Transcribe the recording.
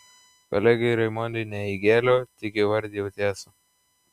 kolegei raimondai ne įgėliau tik įvardijau tiesą